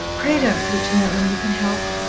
pray don't preach more than you can help.